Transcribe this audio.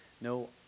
no